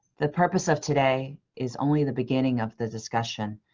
the purpose of today is only the beginning of the discussion,